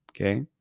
okay